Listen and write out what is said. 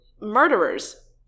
murderers